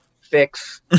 Fix